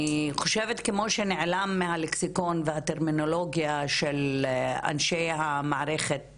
אני חושבת כמו שנעלם מהלקסיקון והטרמינולוגיה של אנשי מערכת